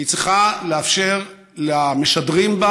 היא צריכה לאפשר למשדרים בה